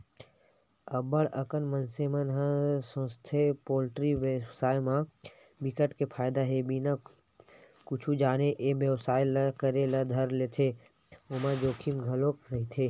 अब्ब्ड़ अकन मनसे मन सोचथे पोल्टी बेवसाय म बिकट के फायदा हे बिना कुछु जाने ए बेवसाय ल करे ल धर लेथे ओमा जोखिम घलोक रहिथे